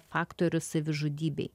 faktorius savižudybei